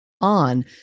on